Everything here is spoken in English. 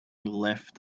left